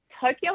Tokyo